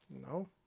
No